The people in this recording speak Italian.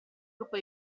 gruppo